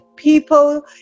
people